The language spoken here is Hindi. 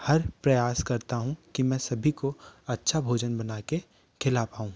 हर प्रयास करता हूँ कि मैं सभी को अच्छा भोजन बना के खिला पाऊँ